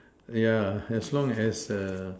yeah as long as err